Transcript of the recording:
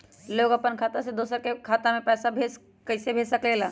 लोग अपन खाता से दोसर के खाता में पैसा कइसे भेज सकेला?